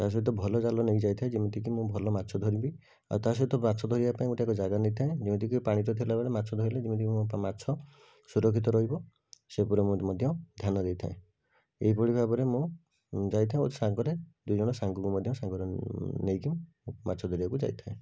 ତାସହିତ ଭଲ ଜାଲ ନେଇକି ଯାଇଥାଏ ଯେମିତିକି ମୁଁ ଭଲ ମାଛ ଧରିବି ଆଉ ତା ସହିତ ମାଛ ଧରିବା ପାଇଁ ଗୋଟେ ଏକ ଜାଗା ନେଇଥାଏ ଯେମିତିକି ପାଣିରେ ଥିଲାବେଳେ ମାଛ ଧରିଲେ ଯେମିତିକି ମୋ ମାଛ ସୁରକ୍ଷିତ ରହିବ ସେ ଉପରେ ମୁଁ ମଧ୍ୟ ଧ୍ୟାନ ଦେଇଥାଏ ଏଇଭଳି ଭାବରେ ମୁଁ ଯାଇଥାଏ ଓ ସାଙ୍ଗରେ ଦୁଇ ଜଣ ସାଙ୍ଗକୁ ମଧ୍ୟ ସାଙ୍ଗରେ ନେଇକି ମାଛ ଧରିବାକୁ ଯାଇଥାଏ